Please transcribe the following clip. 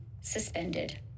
suspended